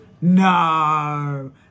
No